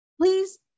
Please